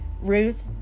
Ruth